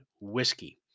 whiskey